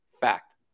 Fact